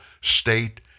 state